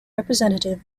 representative